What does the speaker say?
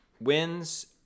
wins